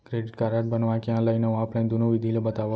Credit card बनवाए के online अऊ ऑफलाइन दुनो विधि ला बतावव?